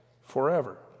forever